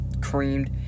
creamed